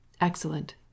Excellent